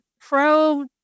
pro